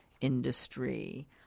industry